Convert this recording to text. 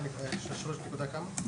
שלוש נקודה כמה?